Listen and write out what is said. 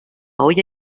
olla